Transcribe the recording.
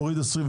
מוריד 20,